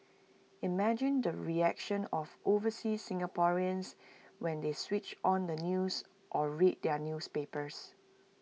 imagine the reactions of overseas Singaporeans when they switched on the news or read their newspapers